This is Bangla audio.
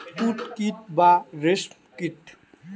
তুত কীট বা রেশ্ম কীট